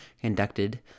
conducted